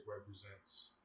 represents